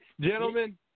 Gentlemen